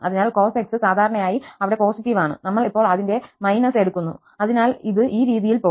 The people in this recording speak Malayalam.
അതിനാൽ cos x സാധാരണയായി അവിടെ പോസിറ്റീവ് ആണ് നമ്മൾ ഇപ്പോൾ അതിന്റെ ′−′ എടുക്കുന്നു അതിനാൽ ഇത് ഈ രീതിയിൽ പോകും